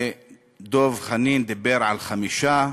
דב חנין דיבר על חמישה,